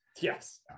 Yes